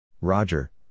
Roger